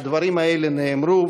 הדברים האלה נאמרו,